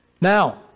Now